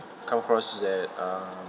come across is that uh